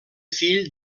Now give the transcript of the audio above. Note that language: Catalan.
fill